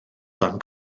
dan